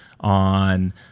on